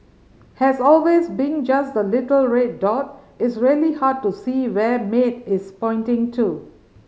has always being just the little red dot it's really hard to see where Maid is pointing to